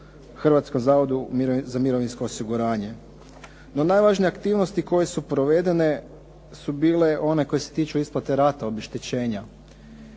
Hrvatskom zavodu za mirovinsko osiguranje. No najvažnije aktivnosti koje su provedene su bile one koje se tiču isplate rata obeštećenja.